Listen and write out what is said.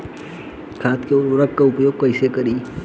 खाद व उर्वरक के उपयोग कईसे करी?